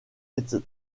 etc